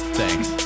thanks